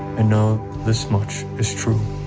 know this much is true.